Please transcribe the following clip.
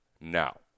now